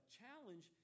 challenge